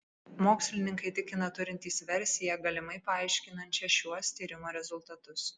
mokslininkai tikina turintys versiją galimai paaiškinančią šiuos tyrimo rezultatus